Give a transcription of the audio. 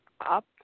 up